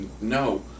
No